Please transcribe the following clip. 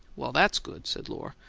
well, that's good, said lohr.